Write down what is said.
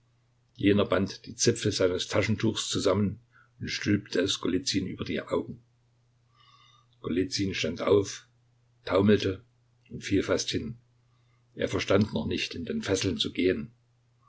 jener band die zipfel seines taschentuchs zusammen und stülpte es golizyn über die augen golizyn stand auf taumelte und fiel fast hin er verstand noch nicht in den fesseln zu gehen